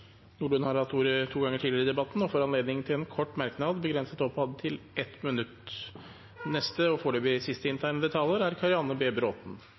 Nordlund har hatt ordet to ganger tidligere i debatten og får ordet til en kort merknad, begrenset til 1 minutt.